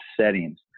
settings